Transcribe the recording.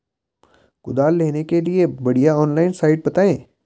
कुदाल लेने के लिए बढ़िया ऑनलाइन साइट बतायें?